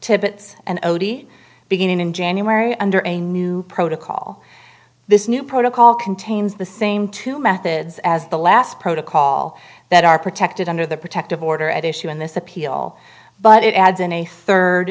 tibbets and o t beginning in january under a new protocol this new protocol contains the same two methods as the last protocol that are protected under the protective order at issue in this appeal but it adds in a third